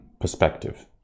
perspective